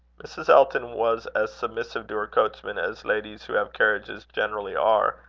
mrs. elton was as submissive to her coachman as ladies who have carriages generally are,